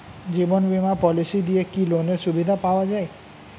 জীবন বীমা পলিসি দিয়ে কি লোনের সুবিধা পাওয়া যায়?